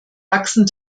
wachsen